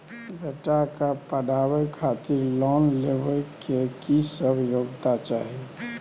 बेटा के पढाबै खातिर लोन लेबै के की सब योग्यता चाही?